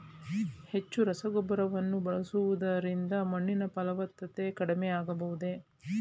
ಹೆಚ್ಚು ರಸಗೊಬ್ಬರವನ್ನು ಬಳಸುವುದರಿಂದ ಮಣ್ಣಿನ ಫಲವತ್ತತೆ ಕಡಿಮೆ ಆಗಬಹುದೇ?